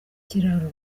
ikiraro